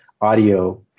Audio